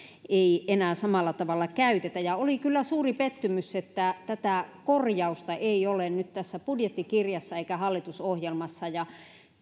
ei enää samalla tavalla käytetä oli kyllä suuri pettymys että tätä korjausta ei ole nyt tässä budjettikirjassa eikä hallitusohjelmassa ja